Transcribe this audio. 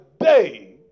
day